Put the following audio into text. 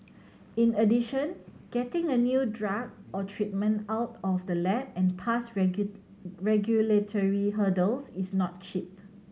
in addition getting a new drug or treatment out of the lab and past regulatory hurdles is not cheap